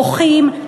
מוחים,